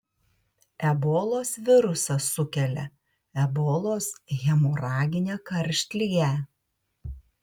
ebolos virusas sukelia ebolos hemoraginę karštligę